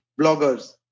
bloggers